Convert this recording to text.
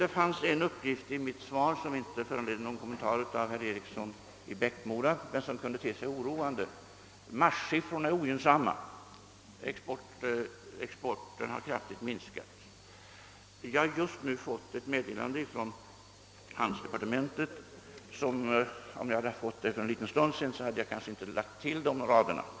Det finns en uppgift i mitt svar som inte föranlett någon kommentar av herr Eriksson i Bäckmora men som kan te sig oroande. Jag sade att marssiffrorna är ogynnsamma och att exporten mins kat kraftigt. Alldeles nyss fick jag emellertid ett meddelande från handelsdepartementet, och om jag hade fått det en stund tidigare hade jag kanske inte lagt till de där sista raderna i svaret.